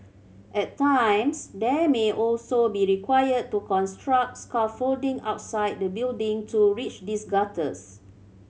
at times they may also be required to construct scaffolding outside the building to reach these gutters